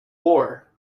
war